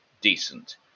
decent